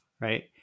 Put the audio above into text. right